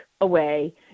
away